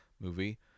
movie